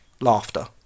laughter